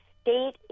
state